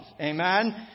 Amen